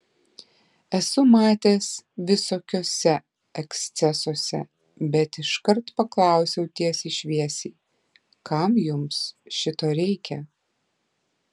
esu matęs visokiuose ekscesuose bet iškart paklausiu tiesiai šviesiai kam jums šito reikia